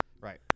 right